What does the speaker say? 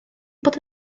bod